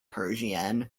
persian